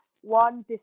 one